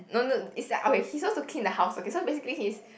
no no it's like okay he's supposed to clean the house okay so basically he's